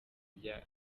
rya